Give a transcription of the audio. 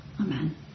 Amen